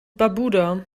barbuda